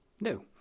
No